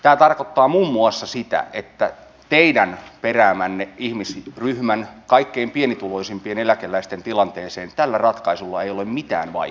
tämä tarkoittaa muun muassa sitä että teidän peräämänne ihmisryhmän kaikkein pienituloisimpien eläkeläisten tilanteeseen tällä ratkaisulla ei ole mitään vaikutusta